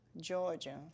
Georgia